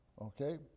Okay